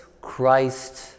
Christ